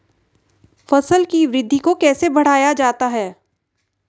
फसल की वृद्धि को कैसे बढ़ाया जाता हैं?